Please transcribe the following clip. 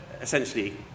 essentially